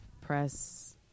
press